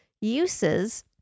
uses